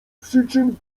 przyczyn